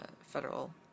federal